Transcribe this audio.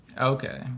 Okay